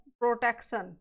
protection